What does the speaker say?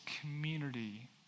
community